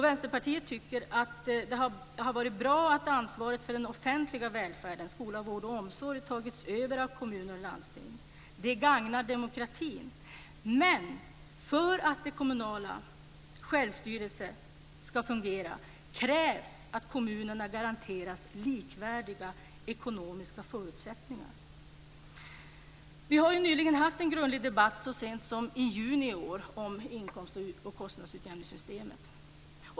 Vänsterpartiet tycker att det har varit bra att ansvaret för den offentliga välfärden - skola, vård och omsorg - tagits över av kommuner och landsting. Det gagnar demokratin, men för att den kommunala självstyrelsen ska fungera krävs att kommunerna garanteras likvärdiga ekonomiska förutsättningar. Vi hade nyligen, så sent som i juni i år, en grundlig debatt om inkomst och kostnadsutjämningssystemet.